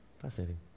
Fascinating